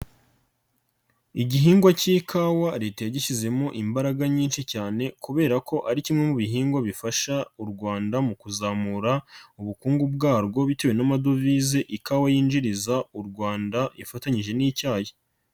Igihingwa cy'ikawa Leta yagishyizemo imbaraga nyinshi cyane kubera ko ari kimwe mu bihingwa bifasha u Rwanda mu kuzamura ubukungu bwarwo bitewe n'amadovize ikawa yinjiriza u Rwanda ifatanyije n'icyayi.